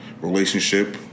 relationship